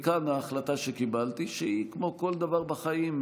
מכאן ההחלטה שקיבלתי, שהיא, כמו כל דבר בחיים,